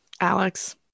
Alex